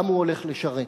למה הוא הולך לשרת?